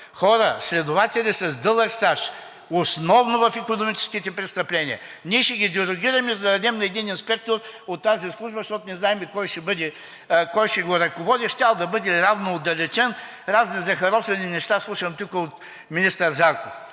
хора, следователи с дълъг стаж, основно в икономическите престъпления, ние ще ги дерогираме, за да дадем на един инспектор от тази служба, защото не знаем кой ще го ръководи, щял да бъде равно отдалечен. Разни захаросани неща слушам тук от министър Зарков